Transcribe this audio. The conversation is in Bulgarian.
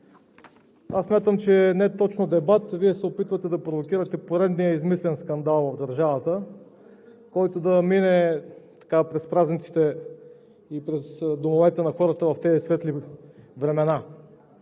Аз смятам, че не е точно дебат, а Вие се опитвате да провокирате поредния измислен скандал в държавата, който да мине през празниците и през домовете на хората в тези светли времена.